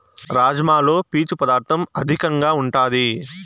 రాజ్మాలో పీచు పదార్ధం అధికంగా ఉంటాది